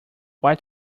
what